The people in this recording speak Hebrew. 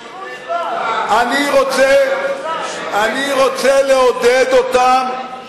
אתה רוצה לעודד אותם.